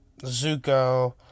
Zuko